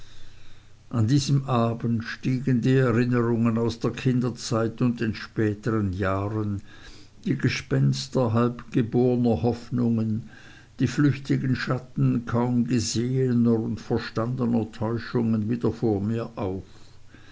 an diesem abend stiegen die erinnerungen aus der kinderzeit und den spätern jahren die gespenster halb geborner hoffnungen die flüchtigen schatten kaum gesehener und verstandner täuschungen wieder vor mir auf